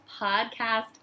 podcast